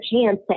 chance